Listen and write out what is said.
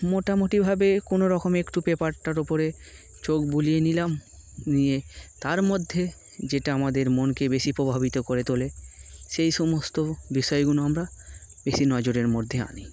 মোটামুটিভাবে কোনো রকম একটু পেপারটার ওপরে চোখ বুলিয়ে নিলাম নিয়ে তার মধ্যে যেটা আমাদের মনকে বেশি প্রভাবিত করে তোলে সেই সমস্ত বিষয়গুলো আমরা বেশি নজরের মধ্যে আনি